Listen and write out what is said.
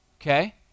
Okay